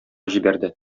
җибәрде